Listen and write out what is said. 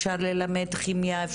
אפשר ללמד כימיה,